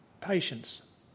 patience